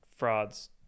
frauds